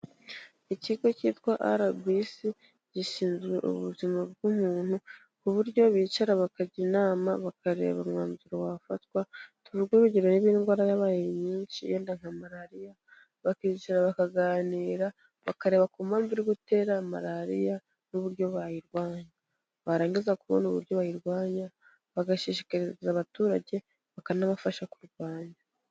Ikigo cyitwa RBC, gishinzwe ubuzima bw'umuntu ku buryo bicara bakajya inama bakareba umwanzuro wafatwa, tuvuve urugero niba indwara yabaye nyinshi yenda nka Malariya, bakicara bakaganira, bakareba ku mpamvu iri gutera Malariya, n'uburyo bayirwanya. Barangiza kubona uburyo bayirwanya, bagashishikariza abaturage ,bakanabafasha kuyirwanya.